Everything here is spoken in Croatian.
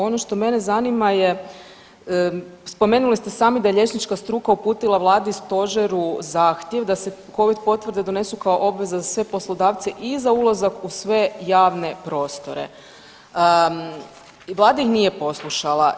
Ono što mene zanima je spomenuli ste sami da je liječnička struka uputila vladi i stožeru zahtjev da se covid potvrde donesu kao obveza za sve poslodavce i za ulazak u sve javne prostore i vlada ih nije poslušala.